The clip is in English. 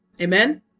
Amen